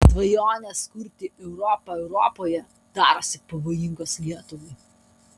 svajonės kurti europą europoje darosi pavojingos lietuvai